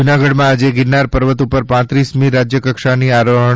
જૂનાગઢ માં આજે ગિરનાર પર્વત ઉપર પાંત્રીસમી રાજ્ય કક્ષાની આરોહણ